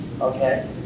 okay